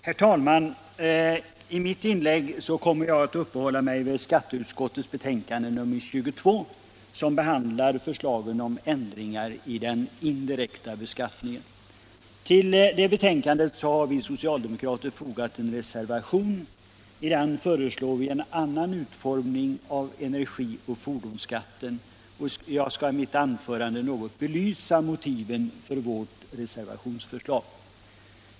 Herr talman! I mitt inlägg kommer jag att uppehålla mig vid skatteutskottets betänkande nr 22, som behandlar förslagen om ändringar i den indirekta beskattningen. Till betänkandet har vi socialdemokrater fogat en reservation. I den föreslår vi en annan utformning av energioch fordonsskatten. Jag skall i mitt anförande något belysa motiven för vårt reservationsförslag.